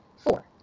Four